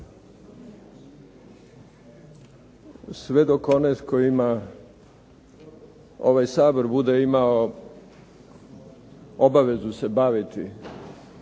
Sve do onaj tko ima, ovaj Sabor imao obvezu se baviti